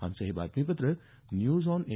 आमचं हे बातमीपत्र न्यूज ऑन ए